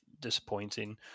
disappointing